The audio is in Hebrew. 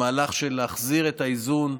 המהלך של להחזיר את האיזון,